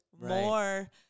more